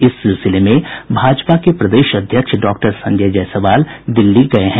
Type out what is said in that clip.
इस सिलसिले में भाजपा के प्रदेश अध्यक्ष डॉक्टर संजय जायसवाल दिल्ली गये हैं